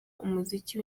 umuziki